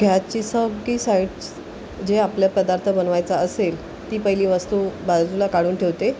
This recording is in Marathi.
घ्याची सगळी साईड जे आपल्या पदार्थ बनवायचं असेल ती पहिली वस्तू बाजूला काढून ठेवते